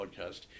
podcast